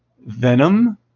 Venom